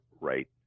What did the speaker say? right